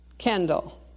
Kendall